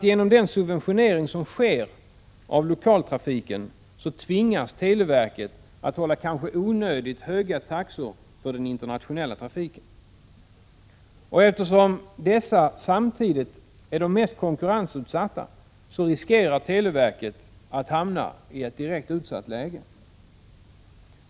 Genom den subventionering som sker av lokaltrafiken tvingas televerket att hålla kanske onödigt höga taxor för den internationella trafiken. Eftersom dessa samtidigt är de mest konkurrensutsatta riskerar televerket att hamna i ett direkt utsatt läge.